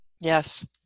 Yes